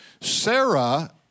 Sarah